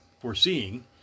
foreseeing